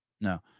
no